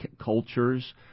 cultures